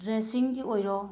ꯗ꯭ꯔꯦꯁꯁꯤꯡꯒꯤ ꯑꯣꯏꯔꯣ